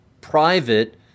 private